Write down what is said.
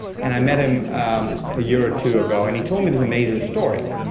and i met um um a year or two ago, and he told me this amazing story.